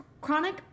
chronic